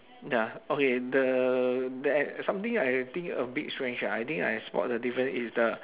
ya okay the that a something like I think a bit strange ah I think I spot the difference is the